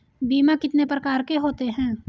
बीमा कितने प्रकार के होते हैं?